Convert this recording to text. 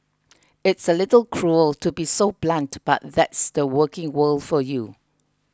it's a little cruel to be so blunt but that's the working world for you